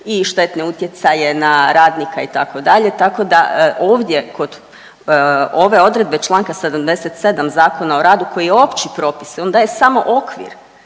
i štetne utjecaje na radnika itd., tako da ovdje kod ove odredbe čl. 77. Zakona o radu koji je opći propis, on daje samo okvir,